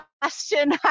question